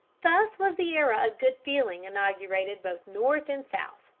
thus was the era of good feeling inaugurated both north and south.